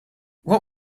what